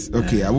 okay